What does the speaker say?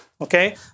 Okay